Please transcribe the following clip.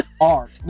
art